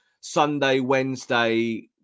Sunday-Wednesday